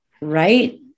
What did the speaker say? right